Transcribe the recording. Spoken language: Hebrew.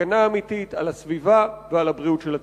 הגנה אמיתית על הסביבה ועל הבריאות של הציבור.